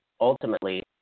ultimately